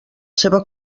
seva